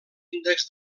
índex